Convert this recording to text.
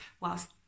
whilst